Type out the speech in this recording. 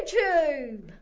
YouTube